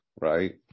right